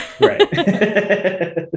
right